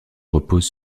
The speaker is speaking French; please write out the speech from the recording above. repose